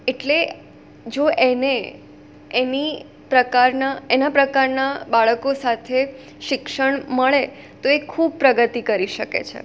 એટલે જો એને એની પ્રકારના એના પ્રકારના બાળકો સાથે શિક્ષણ મળે તો એ ખૂબ પ્રગતિ કરી શકે છે